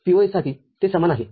POS साठीते समान आहे